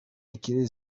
ikirezi